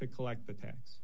to collect the tax